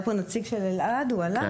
היה פה נציג של נציג של אלעד והוא הלך.